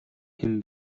хэн